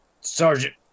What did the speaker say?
Sergeant